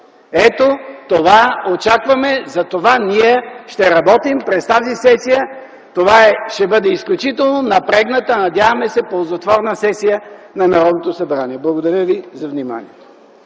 Ето това очакваме. За това ние ще работим през тази сесия. Това ще бъде изключително напрегната, надяваме се, ползотворна сесия на Народното събрание. Благодаря Ви за вниманието.